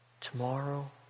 tomorrow